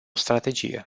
strategie